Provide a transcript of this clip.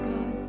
God